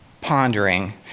pondering